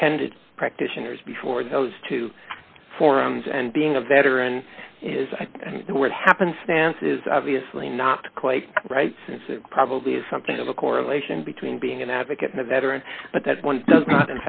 intended practitioners before those two forums and being a veteran is the word happenstance is obviously not quite right since it probably is something of a correlation between being an advocate and a veteran but that one does not